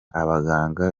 abaganga